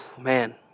Man